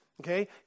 Okay